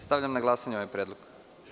Stavljam na glasanje ovaj predlog.